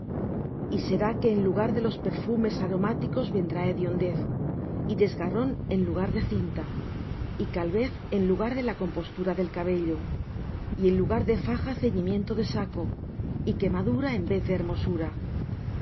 y será que en lugar de los perfumes aromáticos vendrá hediondez y desgarrón en lugar de cinta y calvez en lugar de la compostura del cabello y en lugar de faja ceñimiento de saco y quemadura en vez de hermosura tus